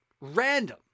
random